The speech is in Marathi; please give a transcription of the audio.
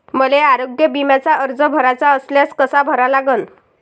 मले आरोग्य बिम्याचा अर्ज भराचा असल्यास कसा भरा लागन?